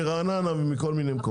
מרעננה ומכל מיני מקומות.